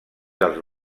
dels